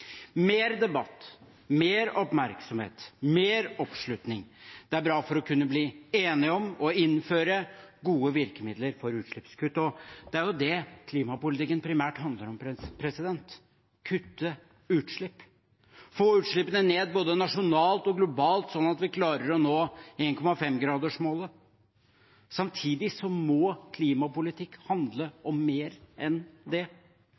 Mer debatt, mer oppmerksomhet, mer oppslutning – alt det er bra for å kunne bli enige om, og innføre, gode virkemidler for utslippskutt. Og det er jo det klimapolitikken primært handler om: å kutte utslipp, få utslippene ned både nasjonalt og globalt, slik at vi klarer å nå 1,5-gradersmålet. Samtidig må klimapolitikk handle om mer enn det.